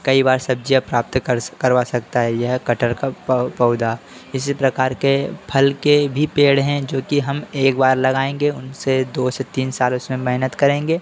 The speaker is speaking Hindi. कई बार सब्जियाँ प्राप्त कर करवा सकता है यह कटहर का पौ पौधा इसी प्रकार के फल के भी पेड़ हैं जो कि हम एक बार लगाएँगे उनसे दो से तीन साल उसमें मेहनत करेंगे